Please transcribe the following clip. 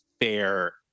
fair